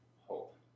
hope